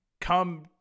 come